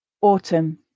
Autumn